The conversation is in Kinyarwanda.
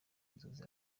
nzozi